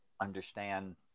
understand